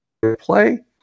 Play